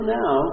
now